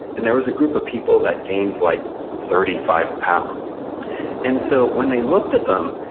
and there was group of people that gained like thirty five pounds and so when they looked at them,